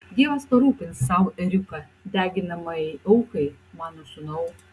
dievas parūpins sau ėriuką deginamajai aukai mano sūnau